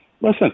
Listen